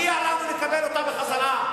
מגיע לנו לקבל אותה בחזרה.